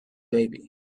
baby